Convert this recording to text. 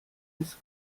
ist